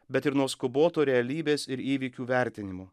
bet ir nuo skubotų realybės ir įvykių vertinimų